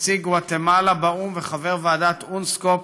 נציג גואטמלה באו"ם וחבר ועדת אונסקו"פ,